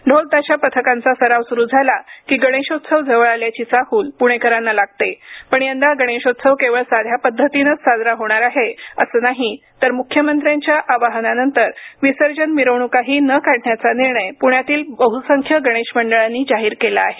ढोल ताशा पथकांचा सराव सुरू झाला की गणेशोत्सव जवळ आल्याची चाहल प्णेकरांना लागते पण यंदा गणेशोत्सव केवळ साध्या पद्धतीनंच साजरा होणार आहे असं नाही तर मुख्यमंत्र्यांच्या आवाहनानंतर विसर्जन मिरवण्काही न काढण्याचा निर्णय प्ण्यातील बहुसंख्य गणेश मंडळांनी जाहीर केला आहे